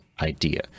idea